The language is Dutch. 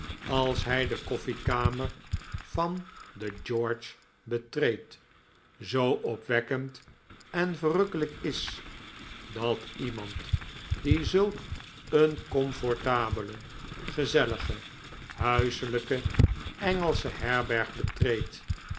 als hij de kofflekamer van de george betreedt zoo opwekkend en verrukkelijk is dat iemand die zulk een comfortabele gezellige huiselijke engelsche herberg betreedt